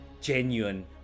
genuine